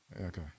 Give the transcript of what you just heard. Okay